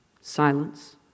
Silence